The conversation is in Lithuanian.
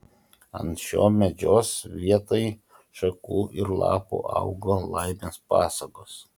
ant šio medžios vietoj šakų ir lapų auga laimės pasagos